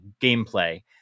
gameplay